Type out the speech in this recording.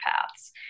paths